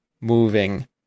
moving